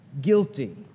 guilty